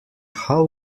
how